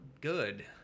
good